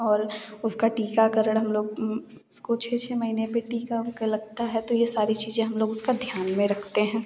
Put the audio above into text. और उसका टीकाकरण हम लोग उसको छ छ महीने पर टिका उका लगता है तो यह सारी चीज़ें हम लोग उसका ध्यान में रखते हैं